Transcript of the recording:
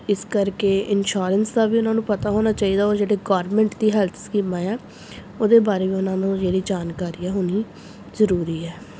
ਇਸ ਕਰਕੇ ਇਨਸ਼ੋਰੈਂਸ ਦਾ ਵੀ ਉਹਨਾਂ ਨੂੰ ਪਤਾ ਹੋਣਾ ਚਾਹੀਦਾ ਉਹ ਜਿਹੜੇ ਗੌਰਮੈਂਟ ਦੀ ਹੈਲਥ ਸਕੀਮਾਂ ਆ ਉਹਦੇ ਬਾਰੇ ਵੀ ਉਹਨਾਂ ਨੂੰ ਜਿਹੜੀ ਜਾਣਕਾਰੀ ਆ ਹੋਣੀ ਜ਼ਰੂਰੀ ਆ